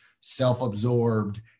self-absorbed